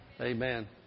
Amen